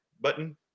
button